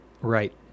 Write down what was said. Right